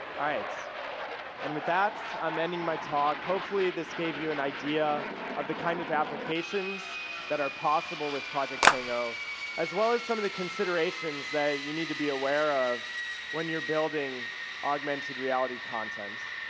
and with that, i'm ending my talk. hopefully this gave you an idea of the kind of applications that are possible with project tango as well as some of the considerations that you need to be aware of when you're building augmented reality content.